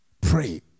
pray